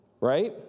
right